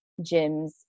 gyms